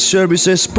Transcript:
Services